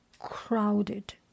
Crowded